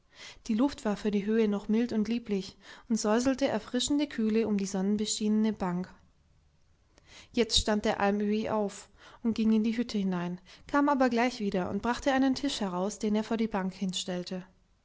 die luft war für die höhe noch mild und lieblich und säuselte erfrischende kühle um die sonnenbeschienene bank jetzt stand der almöhi auf und ging in die hütte hinein kam aber gleich wieder und brachte einen tisch heraus den er vor die bank hinstellte